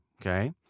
okay